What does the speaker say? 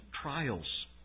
trials